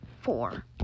four